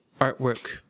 artwork